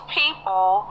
people